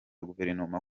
guverinoma